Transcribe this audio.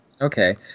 Okay